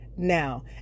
now